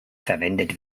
verwendet